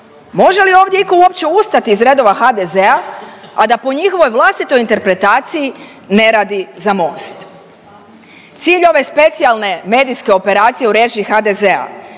Može li ovdje iko uopće ustati iz redova HDZ-a, a da po njihovoj vlastitoj interpretaciji ne radi za Most? Cilj ove specijalne medijske operacije u režiji HDZ-a